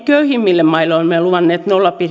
köyhimmille maille olemme luvanneet nolla pilkku